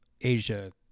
Asia